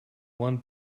one